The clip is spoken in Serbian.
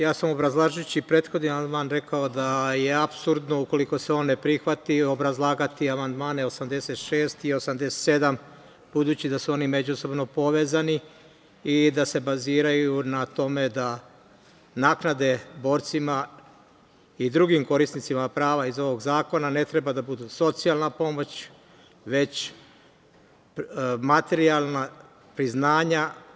Ja sam obrazlažući prethodni amandman rekao da je apsurdno da ukoliko se on ne prihvati, obrazlagati amandmane 86. i 87. budući da su oni međusobno povezani, i da se baziraju na tome da naknade borcima i drugim korisnicima na prava iz ovog zakona ne treba da bude socijalna pomoć, već materijalna priznanja.